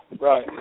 Right